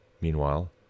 meanwhile